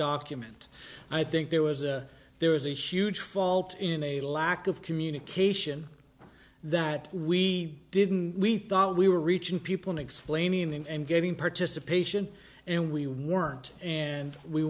document and i think there was a there was a huge fault in a lack of communication that we didn't we thought we were reaching people in explaining them and getting participation and we weren't and we